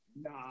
Nah